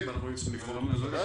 ואנחנו היינו צריכים לבחון אותו מחדש.